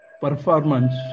performance